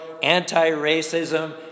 anti-racism